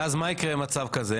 ואז מה יקרה במצב כזה,